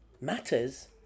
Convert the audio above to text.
matters